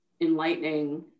enlightening